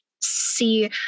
see